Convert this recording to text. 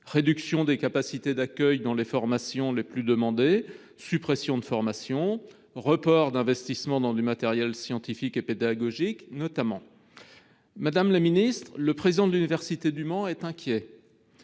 réduction des capacités d’accueil dans les formations les plus demandées, suppression de formations, report d’investissements dans du matériel scientifique et pédagogique, entre autres. Madame la ministre, le président de l’université du Mans est inquiet.